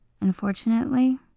Unfortunately